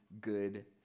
good